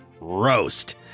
roast